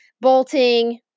bolting